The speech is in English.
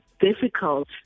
difficult